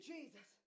Jesus